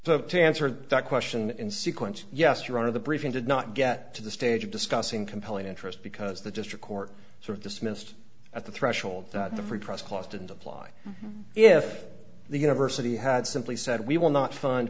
so to answer that question in sequence yes your honor the briefing did not get to the stage of discussing compelling interest because the district court sort of dismissed at the threshold that the free press clause didn't apply if the university had simply said we will not f